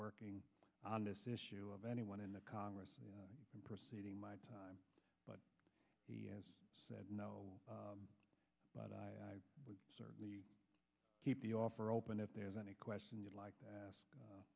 working on this issue of anyone in the congress proceeding my time but he has said no but i would certainly keep the offer open if there's any question you'd like to ask